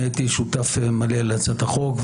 הייתי שותף מלא להצעת החוק.